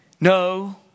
No